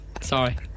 Sorry